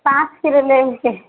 पाॅंच किलो लेबे के हय